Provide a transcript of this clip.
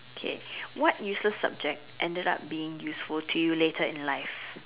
okay what useless subject ended up being useful to you later in life